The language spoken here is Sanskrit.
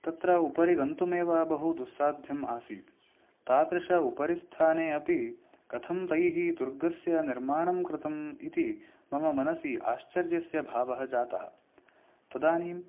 तत्र उपरि गन्तुमेव बहु दुस्साध्यम् आसीत् तादृश उपरिस्थाने अपि कथं तैः दुर्गस्य निर्माणं कृतम् इति मम मनसि आश्चर्यस्य भावः जातः तदानीं